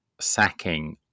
sacking